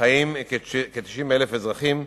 חיים כ-90,000 אזרחים,